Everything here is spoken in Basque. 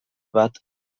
bat